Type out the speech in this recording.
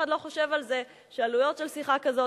לא חושב על זה שעלויות של שיחה כזאת,